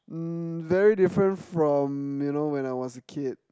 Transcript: um very different from you know when I was a kid